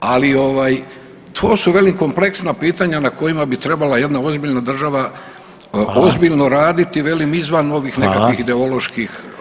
Ali ovaj to su velim kompleksna pitanja na kojima bi trebala jedna ozbiljna država ozbiljno [[Upadica Reiner: Hvala.]] raditi velim izvan ovih nekakvih ideoloških